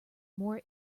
more